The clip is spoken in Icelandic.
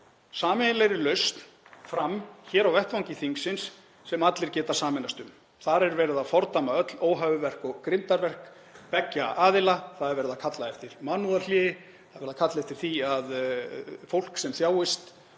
sameiginlegri lausn fram hér á vettvangi þingsins sem allir geta sameinast um. Þar er verið að fordæma öll óhæfuverk og grimmdarverk beggja aðila. Þar er verið að kalla eftir mannúðarhléi, verið að kalla eftir því að fólk sem þjáist